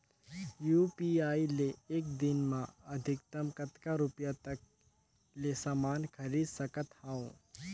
UPI ले एक दिन म अधिकतम कतका रुपिया तक ले समान खरीद सकत हवं?